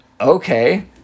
okay